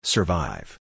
Survive